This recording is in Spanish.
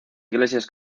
iglesias